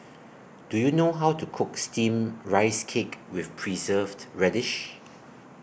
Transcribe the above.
Do YOU know How to Cook Steamed Rice Cake with Preserved Radish